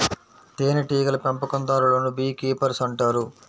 తేనెటీగల పెంపకందారులను beekeepers అంటారు